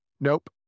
nope